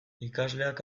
ikasleak